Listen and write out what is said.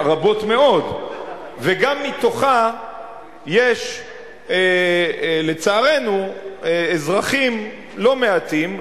וגם מתוכה יש לצערנו אזרחים לא מעטים,